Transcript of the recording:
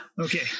okay